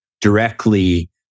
directly